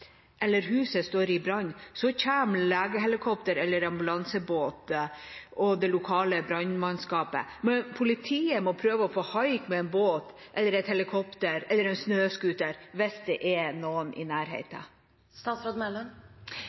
eller huset står i brann, kommer legehelikopter, ambulansebåt eller det lokale brannmannskapet, mens politiet må prøve å få haik med en båt, et helikopter eller en snøscooter, hvis det er noen i